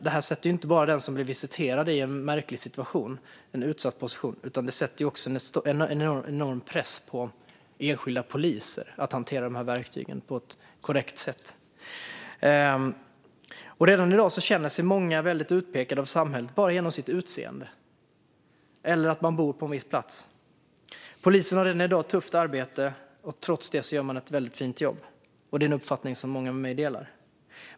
Det sätter ju inte bara den som blir visiterad i en utsatt position, utan det sätter också en enorm press på enskilda poliser att hantera dessa verktyg på ett korrekt sätt. Redan i dag känner sig många väldigt utpekade av samhället bara genom sitt utseende eller för att man bor på en viss plats. Polisen har redan i dag ett tufft arbete. Trots det gör man ett väldigt fint jobb, och det är en uppfattning som många delar med mig.